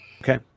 Okay